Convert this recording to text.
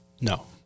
No